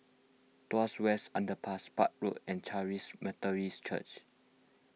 Tuas West Underpass Park Road and Charis Methodist Church